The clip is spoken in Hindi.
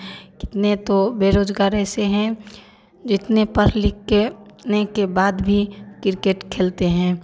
कितने तो बेरोज़गार ऐसे हैं जितने पढ़ लिख करने के बाद भी क्रिकेट खेलते हैं